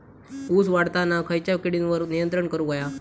ऊस वाढताना खयच्या किडींवर नियंत्रण करुक व्हया?